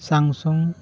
Samsung